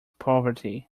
poverty